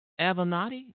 Avenatti